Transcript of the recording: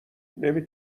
نمی